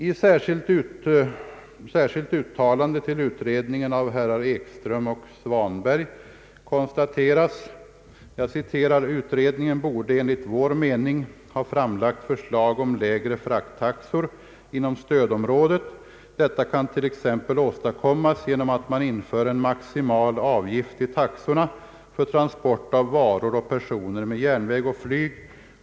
I särskilt uttalande till utredningen av herrar Ekström och Svanberg konstateras: »Utredningen borde enligt vår mening ha framlagt förslag om lägre frakttaxor inom stödområdet. Detta kan t.ex. åstadkommas genom att man inför en maximal avgift i taxorna för transport av varor och personer med järnväg och flyg.